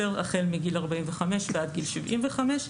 בסיכון ממוצע ועל קולונוסקופיה לאנשים עם סיכון מוגבר מכל סיבה שהיא.